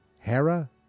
Hera